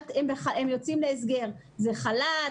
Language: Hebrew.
ואם הם יוצאים להסגר, האם זה חל"ת,